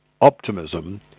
optimism